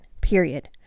period